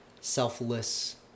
selfless